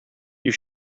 you